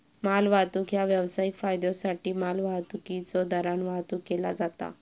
मालवाहतूक ह्या व्यावसायिक फायद्योसाठी मालवाहतुकीच्यो दरान वाहतुक केला जाता